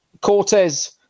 Cortez